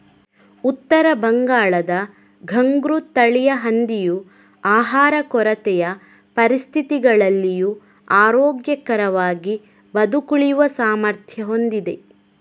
ಉತ್ತರ ಬಂಗಾಳದ ಘುಂಗ್ರು ತಳಿಯ ಹಂದಿಯು ಆಹಾರ ಕೊರತೆಯ ಪರಿಸ್ಥಿತಿಗಳಲ್ಲಿಯೂ ಆರೋಗ್ಯಕರವಾಗಿ ಬದುಕುಳಿಯುವ ಸಾಮರ್ಥ್ಯ ಹೊಂದಿದೆ